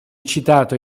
citato